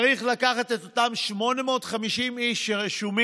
צריך לקחת את אותם 850,000 איש שרשומים